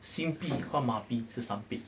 新币换马币是三倍